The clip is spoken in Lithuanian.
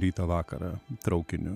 rytą vakarą traukiniu